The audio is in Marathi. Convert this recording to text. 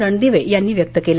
रणदिवे यांनी व्यक्त केला